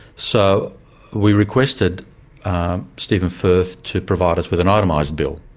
so we requested stephen firth to provide us with an itemised bill.